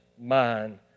mind